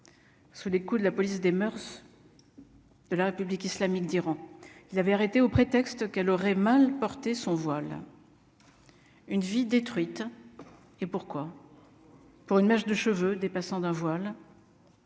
sous les coups de la police des moeurs de la République islamique d'Iran, il avait arrêté au prétexte qu'elle aurait mal porté son voile Une vie détruite et pourquoi, pour une mèche de cheveux dépassant d'un voile,